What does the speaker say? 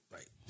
Right